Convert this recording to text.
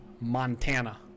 Montana